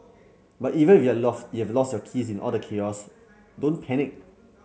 but even if you've lost you've lost your keys in all the chaos don't panic